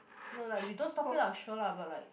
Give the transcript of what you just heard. no lah if you don't stop it lah sure lah but like